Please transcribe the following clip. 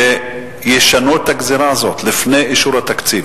שישנו את הגזירה הזאת לפני אישור התקציב.